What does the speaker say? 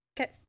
Okay